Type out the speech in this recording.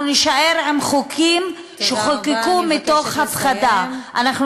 אנחנו נישאר עם חוקים שחוקקו מתוך הפחדה.